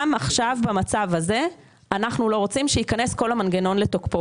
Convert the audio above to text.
גם עכשיו במצב הזה אנחנו לא רוצים שייכנס כל המנגנון לתוקפו.